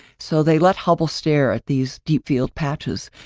so, they let hubble stare at these deep field patches.